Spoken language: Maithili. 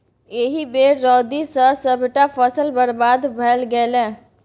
एहि बेर रौदी सँ सभटा फसल बरबाद भए गेलै